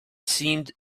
seemed